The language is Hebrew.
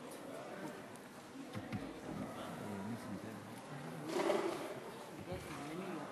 גבוהה (תיקון מס' 18) (סייג לסיוע לתלמידים),